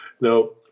No